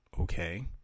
Okay